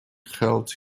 held